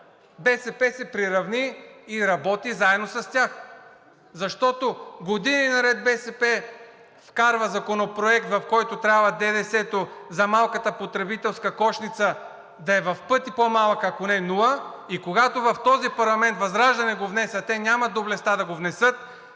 БСП се приравни и работи заедно с тях, защото години наред БСП вкарва законопроект, в който трябва ДДС-то за малката потребителска кошница да е в пъти по-малко, ако не нула, и когато в този парламент ВЪЗРАЖДАНЕ го внесе, а те нямат доблестта да го внесат,